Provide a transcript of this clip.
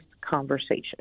conversation